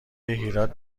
هیراد